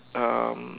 um